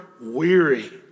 weary